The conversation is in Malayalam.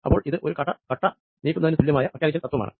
അപ്പോൾ ഇത് ഒരു കട്ട നീക്കുന്നതിന് തുല്യമായ മെക്കാനിക്കൽ തത്വമാണ്